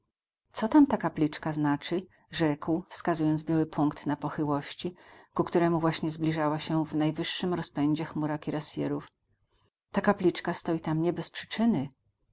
co tam ta kapliczka znaczy rzekł wskazując biały punkt na pochyłości ku któremu właśnie zbliżała się w najwyższym rozpędzie chmura kirasjerów ta kapliczka stoi tam nie bez przyczyny